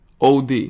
OD